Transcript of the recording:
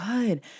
good